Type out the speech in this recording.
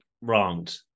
wronged